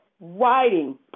writing